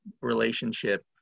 relationship